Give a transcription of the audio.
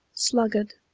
sluggard,